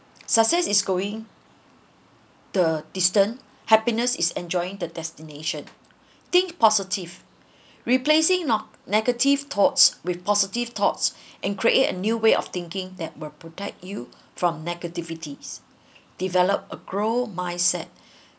success is going the distance happiness is enjoying the destination think positive replacing not negative thoughts with positive thoughts and create a new way of thinking that were protect you from negativities developed a grown mindset